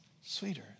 sweeter